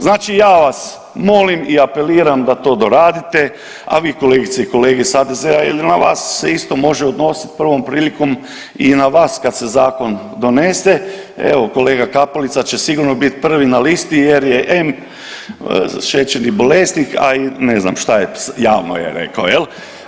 Znači ja vas molim i apeliram da to doradite, a vi kolegice i kolege iz HDZ-a jer i na vas se isto možete odnositi prvom prilikom i na vas kad se Zakon donese, evo, kolega Kapulica će sigurno bit prvi na listi jer je em šećerni bolesnik, a i ne znam šta je, javno je rekao, je li.